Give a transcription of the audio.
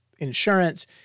insurance